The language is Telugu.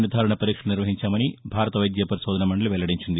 నిర్దారణ పరీక్షలు నిర్వహించామని భారత వైద్య పరిశోధనా మండలి వెల్లడించింది